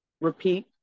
repeat